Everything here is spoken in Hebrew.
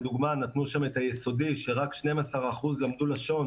לדוגמה נתנו שם את היסודי שרק 12% למדו לשון.